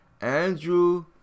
Andrew